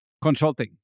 consulting